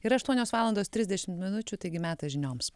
yra aštuonios valandos trisdešim minučių taigi metas žinioms